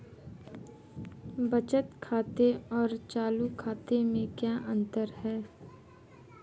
बचत खाते और चालू खाते में क्या अंतर है?